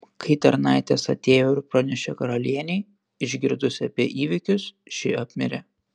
kai tarnaitės atėjo ir pranešė karalienei išgirdusi apie įvykius ši apmirė